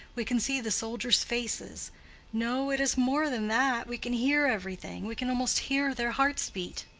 we can see the soldiers' faces no, it is more than that we can hear everything we can almost hear their hearts beat.